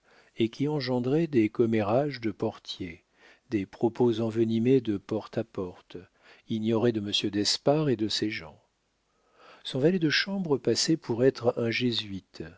et qui engendraient des commérages de portiers des propos envenimés de porte à porte ignorés de monsieur d'espard et de ses gens son valet de chambre passait pour être un jésuite